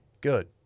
good